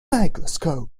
microscope